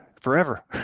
forever